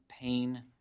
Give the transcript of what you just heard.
pain